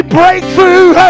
breakthrough